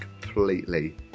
completely